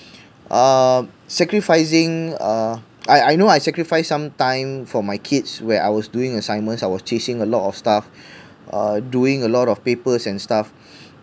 uh sacrificing uh I I know I sacrificed some time for my kids where I was doing assignments I was chasing a lot of stuff uh doing a lot of papers and stuff